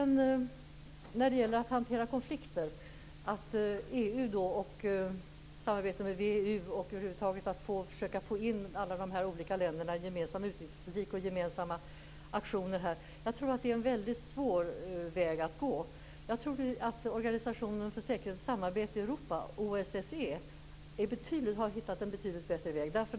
När det sedan gäller att hantera konflikter tror jag att samarbetet EU-VEU och över huvud taget att försöka få in alla de här olika länderna i en gemensam utrikespolitik och gemensamma aktioner är en väldigt svår väg att gå. Jag tror att Organisationen för säkerhet och samarbete i Europa, OSSE, har hittat en betydligt bättre väg.